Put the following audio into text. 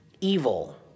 evil